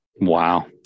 Wow